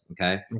Okay